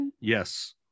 Yes